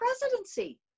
presidency